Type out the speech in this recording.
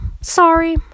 sorry